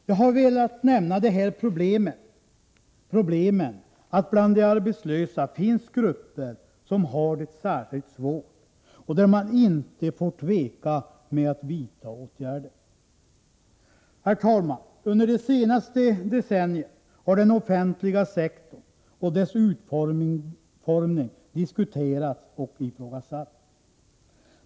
Jag har velat nämna de här problemen — att det bland de arbetslösa finns grupper som har det särskilt svårt — och där får man inte tveka med att vidta åtgärder. Herr talman! Under det senaste decenniet har den offentliga sektorn och dess utformning diskuterats och ifrågasatts.